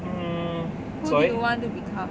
mm sorry